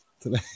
today